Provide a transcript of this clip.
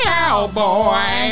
cowboy